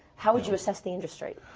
how would you assess the industry?